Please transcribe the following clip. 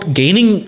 gaining